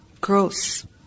Gross